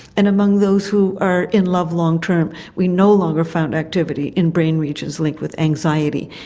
and among those who are in love long term we no longer found activity in brain regions linked with anxiety.